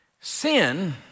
Sin